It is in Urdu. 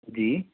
جی